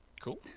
Cool